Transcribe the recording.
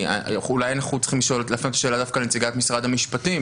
אולי אנחנו צריכים לשאול את השאלה הזאת דווקא את נציגת משרד המשפטים